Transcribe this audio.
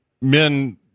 Men